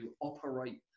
operate